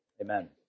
Amen